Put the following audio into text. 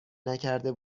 نکرده